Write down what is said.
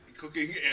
cooking